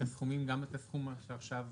גם את הסכום שעכשיו